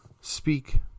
speak